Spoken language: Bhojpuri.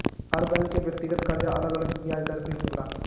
हर बैंक के व्यक्तिगत करजा अलग अलग बियाज दर पे होला